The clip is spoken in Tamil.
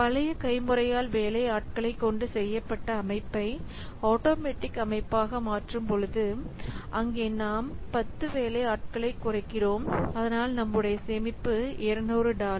பழைய கை முறையால் வேலை ஆட்களை கொண்டு செய்யப்பட்ட அமைப்பை ஆட்டோமேட்டிக் அமைப்பாக மாற்றும் பொழுதும் அங்கே நாம் 10 வேலை ஆட்களை குறைக்கிறோம் அதனால் நம்முடைய சேமிப்பு 200 டாலர்